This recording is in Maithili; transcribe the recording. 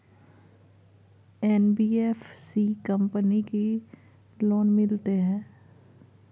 एन.बी.एफ.सी कंपनी की लोन मिलते है?